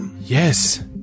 Yes